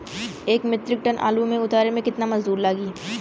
एक metric ton आलू के उतारे मे कितना मजदूर लागि?